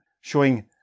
showing